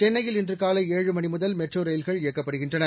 சென்னையில் இன்று காலை ஏழு மணி முதல் மெட்ரோ ரயில்கள் இயக்கப்படுகின்றன